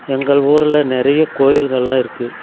எங்கள் ஊரில் நிறைய கோவில்கள்லாம் இருக்குது